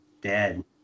dead